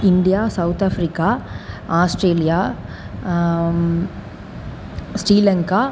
India South Africa Australia Sri Lanka